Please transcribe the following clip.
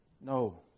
No